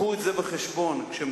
וקחו את זה בחשבון כשמדברים,